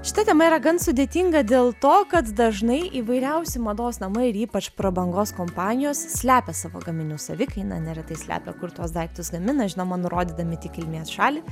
šita tema yra gan sudėtinga dėl to kad dažnai įvairiausi mados namai ir ypač prabangos kompanijos slepia savo gaminių savikainą neretai slepia kur tuos daiktus gamina žinoma nurodydami tik kilmės šalį